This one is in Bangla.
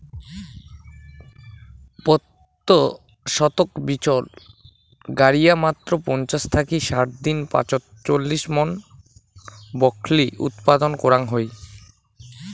পত্যি শতক বিচন গাড়িয়া মাত্র পঞ্চাশ থাকি ষাট দিন পাছত চল্লিশ মন ব্রকলি উৎপাদন করাং হই